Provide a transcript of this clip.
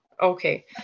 Okay